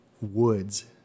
woods